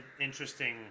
interesting